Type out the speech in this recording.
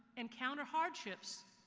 encounter hardships,